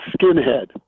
Skinhead